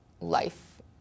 life